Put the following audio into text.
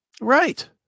Right